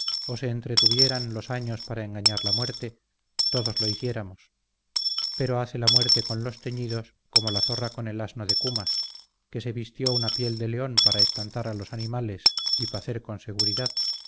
o se entretuvieran los años para engañar la muerte todos lo hiciéramos pero hace la muerte con los teñidos como la zorra con el asno de cumas que se vistió una piel de león para espantar a los animales y pacer con seguridad